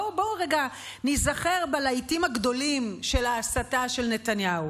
בואו רגע ניזכר בלהיטים הגדולים של ההסתה של נתניהו,